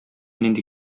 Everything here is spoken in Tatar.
нинди